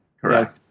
Correct